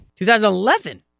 2011